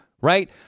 right